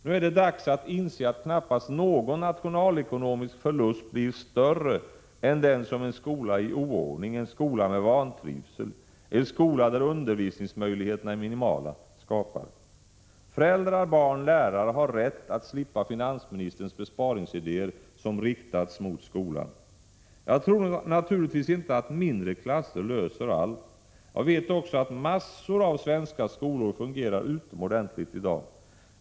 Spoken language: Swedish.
Nu är det dags att inse att knappast någon nationalekonomisk förlust blir större än den som en skola i oordning, en skola med vantvisel, en skola där undervisningsmöjligheterna är minimala, skapar. Föräldrar, barn och lärare har rätt att slippa finansministerns besparingsidéer som riktats mot skolan. Jag tror naturligtvis inte att mindre klasser löser allt. Jag vet också att massor av svenska skolor fungerar utomordentligt i dag.